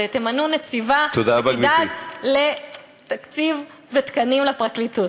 תמנו נציבה, ותדאג לתקציב ותקנים לפרקליטות.